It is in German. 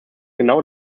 genau